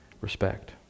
respect